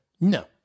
No